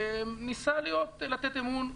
ניסה לתת אמון,